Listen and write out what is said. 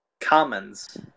Commons